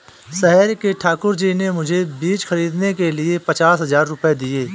शहर के ठाकुर जी ने मुझे बीज खरीदने के लिए पचास हज़ार रूपये दिए